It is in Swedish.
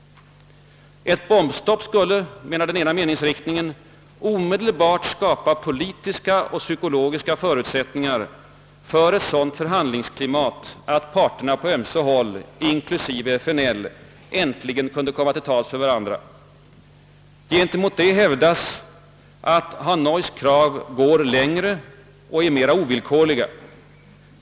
Ett bombstopp skulle, menar den ena meningsriktningen, omedelbart skapa politiska och psykologiska förutsättningar för ett sådant förhandlingsklimat att parterna på ömse håll, inklusive FNL, äntligen kunde komma till tals med varandra. Gentemot detta hävdas att Hanois krav går längre och är mer ovillkorliga.